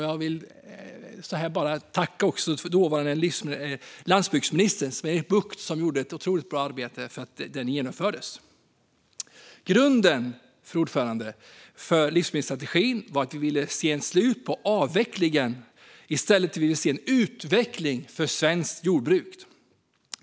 Jag vill passa på att tacka dåvarande landsbygdsministern Sven-Erik Bucht, som gjorde ett otroligt bra arbete för dess genomförande. Fru talman! Grunden för livsmedelsstrategin var att vi ville se ett slut på avvecklingen av svenskt jordbruk och i stället se en utveckling av det.